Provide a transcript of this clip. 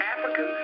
Africa